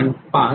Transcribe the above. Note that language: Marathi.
5 ते ते 50